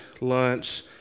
lunch